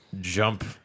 jump